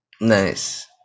Nice